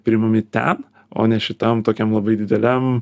priimami ten o ne šitam tokiam labai dideliam